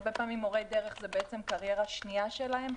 הרבה פעמים למורי הדרך זה בעצם הקריירה השנייה שלהם,